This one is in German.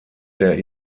der